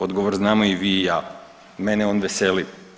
Odgovor znamo i vi i ja, mene on veseli.